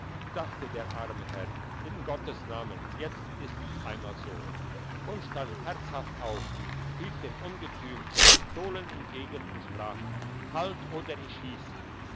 dachte der arme herr in gottes namen jetzt ist's einmal so und stand herzhaft auf hielt dem ungetüm die pistolen entgegen und sprach halt oder ich